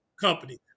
company